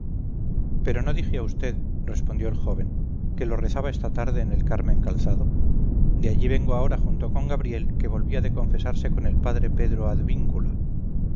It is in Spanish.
pero no dije a usted respondió el joven que lo rezaba esta tarde en el carmen calzado de allí vengo ahora junto con gabriel que volvía de confesarse con el padre pedro advíncula